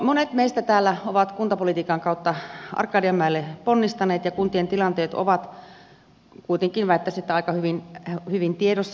monet meistä täällä ovat kuntapolitiikan kautta arkadianmäelle ponnistaneet ja kuntien tilanteet ovat kuitenkin väittäisin aika hyvin tiedossa